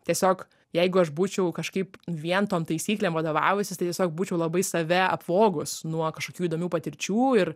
tiesiog jeigu aš būčiau kažkaip vien tom taisyklėm vadovavusis tai tiesiog būčiau labai save apvogus nuo kažkokių įdomių patirčių ir